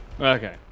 Okay